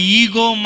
ego